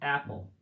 Apple